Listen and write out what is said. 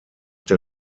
der